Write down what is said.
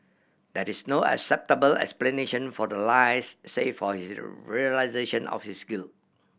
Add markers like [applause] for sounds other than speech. that is no acceptable explanation for the lies save for his [unintelligible] realisation of his guilt